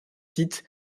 sites